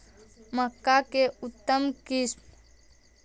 मक्का के उतम किस्म?